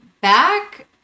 back